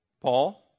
Paul